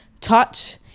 touch